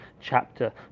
chapter